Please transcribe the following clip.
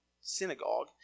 synagogue